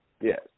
Yes